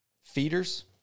feeders